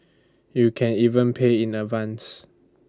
you can even pay in advance